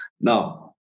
Now